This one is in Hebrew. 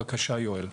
בבקשה, יואל.